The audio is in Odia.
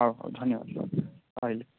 ହଉ ଧନ୍ୟବାଦ ସାର୍ ରହିଲି